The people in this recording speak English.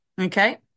Okay